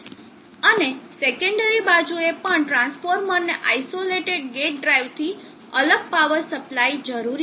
અને સેકન્ડરી બાજુએ પણ ટ્રાન્સફોર્મરને આઇસોલેટેડ ગેટ ડ્રાઇવથી અલગ પાવર સપ્લાય જરૂરી છે